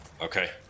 okay